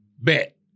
Bet